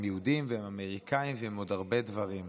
הם יהודים והם אמריקאים והם עוד הרבה דברים.